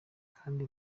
kandi